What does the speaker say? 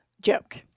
joke